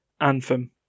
Anthem